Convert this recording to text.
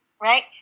Right